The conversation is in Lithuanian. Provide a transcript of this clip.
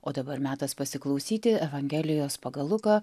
o dabar metas pasiklausyti evangelijos pagal luką